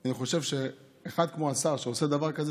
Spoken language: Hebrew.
אני חושב שאחד כמו השר שעושה דבר כזה,